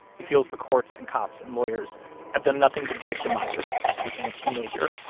he feels the courts and cops and lawyers have done nothing but victimize him since he became a teenager.